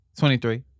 23